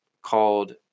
called